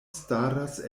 staras